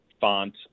font